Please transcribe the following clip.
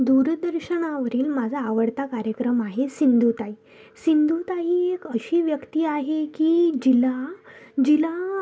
दूरदर्शनवरील माझा आवडता कार्यक्रम आहे सिंधुताई सिंधूताई एक अशी व्यक्ती आहे की जिला जिला